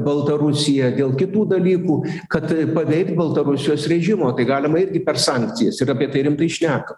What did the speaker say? baltarusiją dėl kitų dalykų kad paveikt baltarusijos režimą o tai galima irgi per sankcijas ir apie tai rimtai šneka